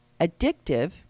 Addictive